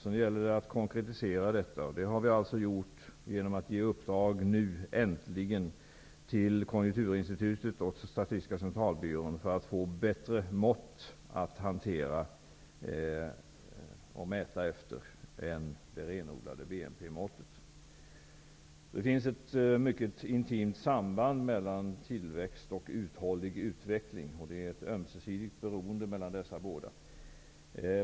Sedan gäller det att konkretisera detta. Det har vi gjort genom att äntligen uppdra åt Konjunkturinstitutet och Statistiska centralbyrån att ta fram bättre mått att mäta med än det renodlade BNP-måttet. Det finns ett mycket intimt samband mellan tillväxt och uthållig utveckling. Det råder ett ömsesidigt beroende mellan dessa.